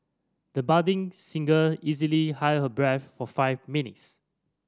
the budding singer easily held her breath for five minutes